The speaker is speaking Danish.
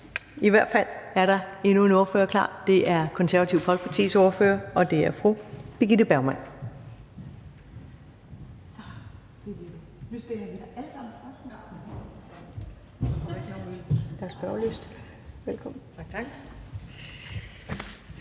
i hvert fald er der endnu en ordfører klar, og det er Det Konservative Folkepartis ordfører fru Birgitte Bergman.